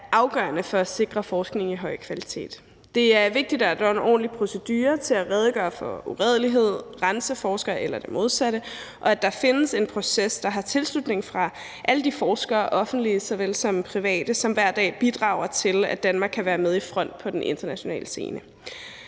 afgørende for at sikre forskning af høj kvalitet. Det er vigtigt, at der er en ordentlig procedure til at redegøre for uredelighed, rense forskere eller det modsatte, og at der findes en proces, der har tilslutning fra alle de forskere, offentlige såvel som private, som hver dag bidrager til, at Danmark kan være med i front på den internationale scene.